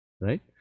Right